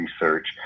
research